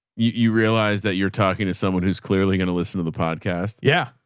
you, you realize that you're talking to someone who's clearly going to listen to the podcast. yeah.